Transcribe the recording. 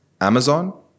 Amazon